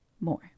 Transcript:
more